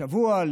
לשבוע,